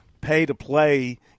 pay-to-play